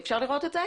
אפשר לראות את זה?